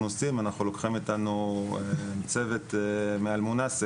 עושים אנחנו לוקחים איתנו צוות מ"אל-מונסק",